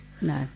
no